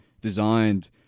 designed